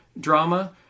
drama